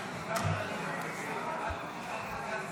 חוק השתמטות.